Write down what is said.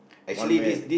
one man